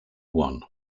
one